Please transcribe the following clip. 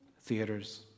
theaters